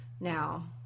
now